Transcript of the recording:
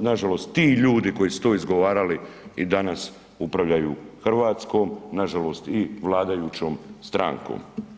nažalost ti ljudi koji su to izgovarali i danas upravljaju Hrvatskom, nažalost i vladajućom strankom.